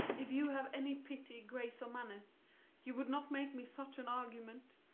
if you have any pity, grace, or manners, you would not make me such an argument.